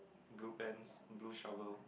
blue pants blue shovel